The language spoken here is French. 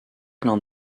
plein